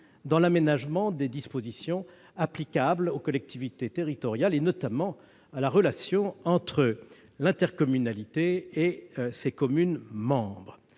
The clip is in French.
dans l'aménagement des dispositions applicables aux collectivités territoriales, concernant notamment la relation entre l'intercommunalité et ses communes membres.